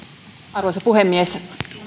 arvoisa puhemies naisrauha on vanha käsite